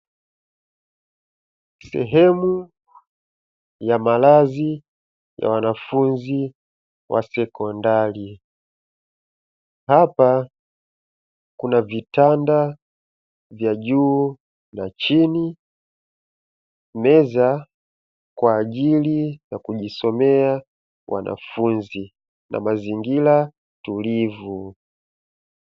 Sehemu ya maradhi ya wanafunzi wa sekondari, hapa kuna vitanda vya juu na chini, meza kwa ajili ya kujisomea wanafunzi na mazingira tulivu.